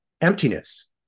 emptiness